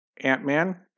Ant-Man